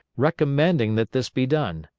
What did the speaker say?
recommending that this be done.